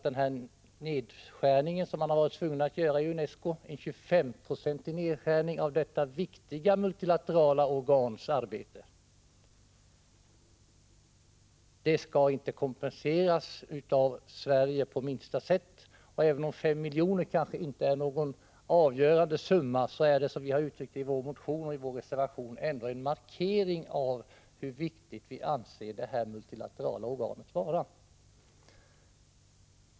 Den nedskärning som UNESCO har tvingats att göra, en 25-procentig nedskärning av detta viktiga multilaterala organs arbete, skall inte kompenseras av Sverige på minsta sätt. Även om 5 milj.kr. kanske inte är någon avgörande summa, är det ändå, som vi har uttryckt det i vår motion och i vår reservation, en markering av hur viktigt vi anser det här multilaterala organet vara.